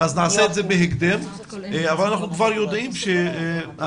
נקיים את הדיון הזה בהקדם אבל אנחנו כבר יודעים שהתקנות